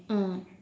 mm